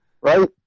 right